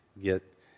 get